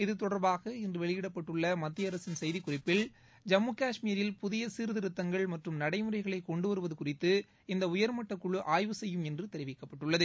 இத்தொடர்பாக இன்று வெளியிடப்பட்டுள்ள மத்திய அரசின் செய்திக் குறிப்பில் ஜம்மு காஷ்மீரில் புதிய சீர்திருத்தங்கள் மற்றும் நடைமுறைகளை கொண்டுவருவது குறித்து இந்த உயர்மட்டக் குழு ஆய்வு செய்யும் என்று தெரிவிக்கப்பட்டுள்ளது